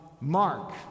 mark